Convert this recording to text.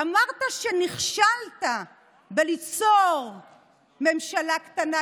אמרת שנכשלת בליצור ממשלה קטנה,